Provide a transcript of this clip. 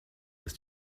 ist